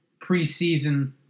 preseason